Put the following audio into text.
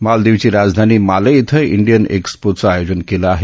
मालदीवची राजधानी माले इथं इंडियन एक्स्पोचं आयोजन केलं आहे